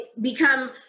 become